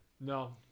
no